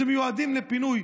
שמיועדים לפינוי.